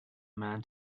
man